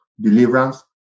deliverance